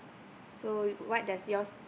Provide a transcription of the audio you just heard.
so what does yours